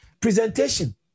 Presentation